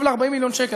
קרוב ל-40 מיליון שקל.